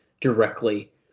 directly